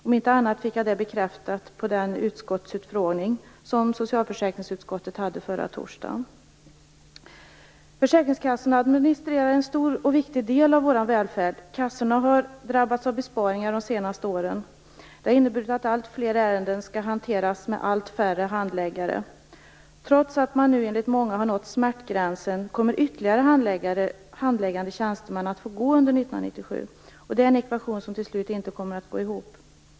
Om inte annat fick jag det bekräftat på den utskottsutfrågning som socialförsäkringsutskottet hade förra torsdagen. Försäkringskassorna administrerar en stor och viktig del av vår välfärd. Kassorna har drabbats av besparingar de senaste åren. Det har inneburit att alltfler ärenden skall hanteras av allt färre handläggare. Trots att man nu enligt många har nått smärtgränsen kommer ytterligare handläggande tjänstemän att få gå under 1997. Det är en ekvation som till slut inte kommer att gå ihop.